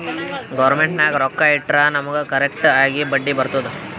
government ನಾಗ್ ರೊಕ್ಕಾ ಇಟ್ಟುರ್ ನಮುಗ್ ಕರೆಕ್ಟ್ ಆಗಿ ಬಡ್ಡಿ ಬರ್ತುದ್